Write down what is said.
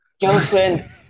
girlfriend